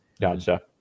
Gotcha